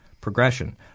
progression